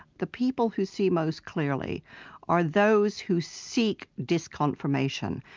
the people who see most clearly are those who seek disconfirmation.